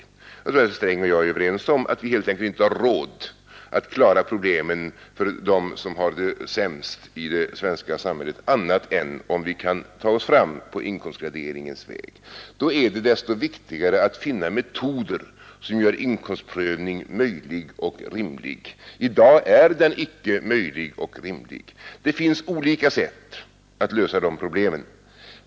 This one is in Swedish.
Jag tror att herr Sträng och jag är överens om att vi helt enkelt inte har råd att klara problemen för dem som har det sämst i det svenska samhället annat än om vi kan ta oss fram på inkomstgraderingens väg. Då är det desto viktigare att finna metoder som gör inkomstprövning möjlig och rimlig. I dag är den icke möjlig och rimlig. Det finns olika sätt att lösa de frågorna.